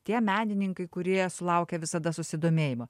tie menininkai kurie sulaukia visada susidomėjimo